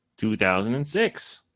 2006